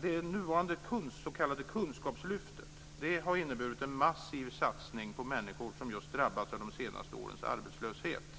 Det nuvarande s.k. kunskapslyftet har inneburit en massiv satsning på människor som drabbats av de senaste årens arbetslöshet.